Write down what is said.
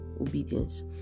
obedience